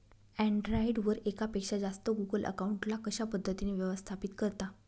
Android वर एकापेक्षा जास्त गुगल अकाउंट ला कशा पद्धतीने व्यवस्थापित करता?